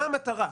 מה המטרה?